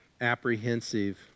apprehensive